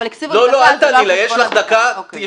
לא, אבל זה לא עניין של דעה, זה